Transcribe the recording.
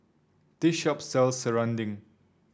this shop sells serunding